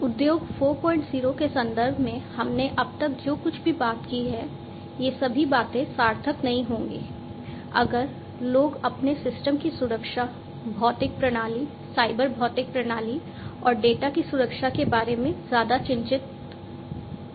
उद्योग 40 के संदर्भ में हमने अब तक जो कुछ भी बात की है ये सभी बातें सार्थक नहीं होंगी अगर लोग अपने सिस्टम की सुरक्षा भौतिक प्रणाली साइबर भौतिक प्रणाली और डेटा की सुरक्षा के बारे में ज्यादा चिंतित नहीं हैं